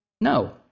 No